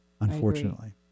Unfortunately